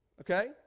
Okay